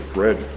Fred